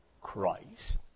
Christ